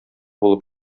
булып